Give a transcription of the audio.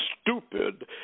stupid